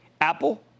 Apple